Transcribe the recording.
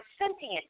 sentient